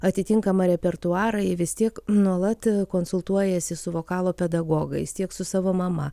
atitinkamą repertuarą ir vis tiek nuolat konsultuojasi su vokalo pedagogais tiek su savo mama